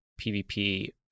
PvP